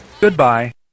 Goodbye